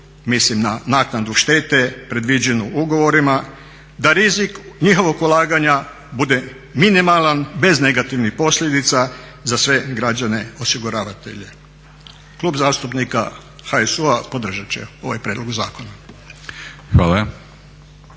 mislim na naknadu štete predviđenu ugovorima, da rizik njihovog ulaganja bude minimalan bez negativnih posljedica za sve građane osiguravatelje. Klub zastupnika HSU-a podržat će ovaj prijedlog zakona.